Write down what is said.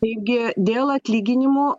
taigi dėl atlyginimo